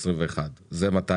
הפסקה הבאה היא לגבר.